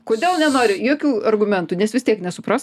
kodėl nenori jokių argumentų nes vis tiek nesupras